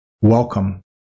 Welcome